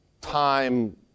time